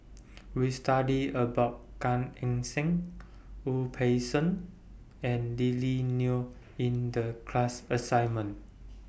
We studied about Gan Eng Seng Wu Peng Seng and Lily Neo in The class assignment